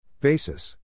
Basis